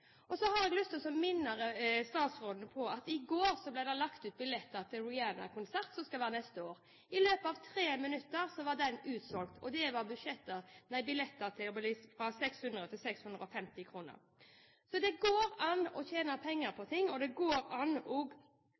Så har jeg lyst til å minne statsråden på at i går ble det lagt ut billetter til Rihanna-konserten som skal være neste år. I løpet av 3 minutter var den utsolgt. Det var billetter med pris fra 600 kr til 650 kr. Så det går an å tjene penger på ting, og det går an at markedet styrer en del konserter og